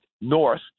north